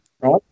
Right